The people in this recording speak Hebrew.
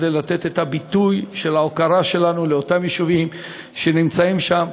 כדי לתת את הביטוי של ההוקרה שלנו לאותם יישובים שנמצאים שם.